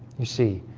you see